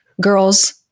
girls